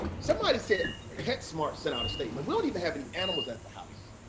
somebody said petsmart sent out a statement. we don't need to have any animals at the house.